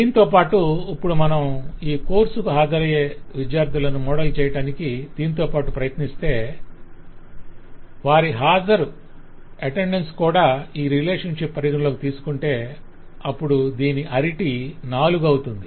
దీనితోపాటు ఇప్పుడు మనం ఈ కోర్సుకు హాజరయ్యే విద్యార్థులను మోడల్ చేయడానికి దీనితో పాటు ప్రయత్నిస్తూ వారి హాజరును కూడా ఈ రిలేషన్షిప్ పరిగణలోకి తీసుకొంటే అప్పుడు దీని అరిటీ నాలుగు అవుతుంది